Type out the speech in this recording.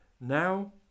Now